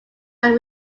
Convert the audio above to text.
that